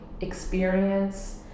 experience